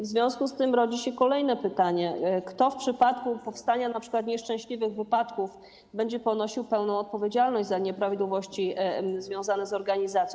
W związku z tym rodzi się kolejne pytanie: Kto w przypadku zaistnienia np. nieszczęśliwych wypadków będzie ponosił pełną odpowiedzialność za nieprawidłowości związane z organizacją?